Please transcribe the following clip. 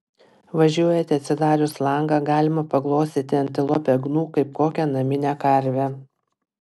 važiuojate atsidarius langą galima paglostyti antilopę gnu kaip kokią naminę karvę